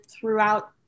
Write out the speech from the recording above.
throughout